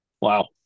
Wow